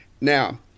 Now